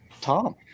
Tom